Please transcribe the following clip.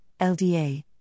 LDA